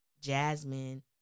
Jasmine